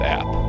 app